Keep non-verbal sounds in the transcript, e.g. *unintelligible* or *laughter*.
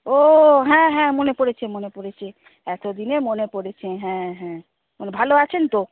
ও হ্যাঁ হ্যাঁ মনে পড়েছে মনে পড়েছে এতদিনে মনে পড়েছে হ্যাঁ হ্যাঁ *unintelligible* ভালো আছেন তো